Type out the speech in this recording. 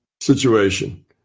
situation